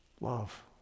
Love